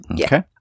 Okay